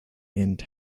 and